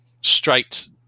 straight